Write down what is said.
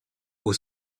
aux